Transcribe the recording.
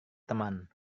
teman